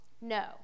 No